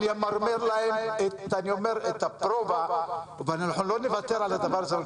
אני אמרר להם את --- אנחנו לא נוותר על הדבר הזה.